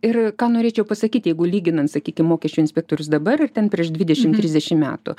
ir ką norėčiau pasakyti jeigu lyginant sakykim mokesčių inspektorius dabar ir ten prieš dvidešim trisdešim metų